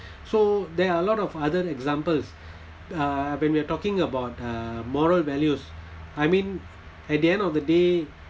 so there are a lot of other examples uh when we are talking about uh moral values I mean at the end of the day